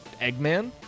Eggman